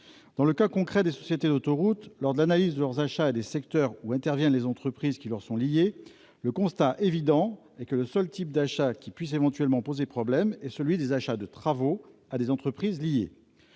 Dans le cas concret des sociétés d'autoroutes, lors de l'analyse de leurs achats et des secteurs où interviennent les entreprises qui leur sont liées, le constat, évident, est que le seul type d'achats qui puisse éventuellement poser problème est celui des travaux commandés à des entreprises liées.